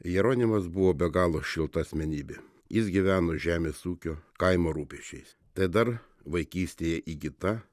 jeronimas buvo be galo šilta asmenybė jis gyveno žemės ūkio kaimo rūpesčiais tai dar vaikystėje įgyta